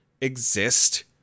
exist